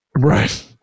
Right